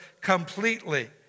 completely